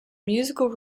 musical